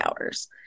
hours